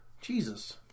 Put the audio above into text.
Jesus